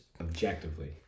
objectively